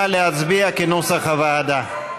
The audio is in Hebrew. נא להצביע כנוסח הוועדה.